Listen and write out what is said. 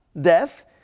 Death